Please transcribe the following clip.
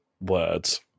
Words